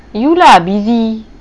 you lah busy